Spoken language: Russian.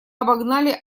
обогнали